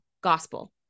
gospel